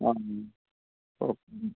ആ ഓക്കെ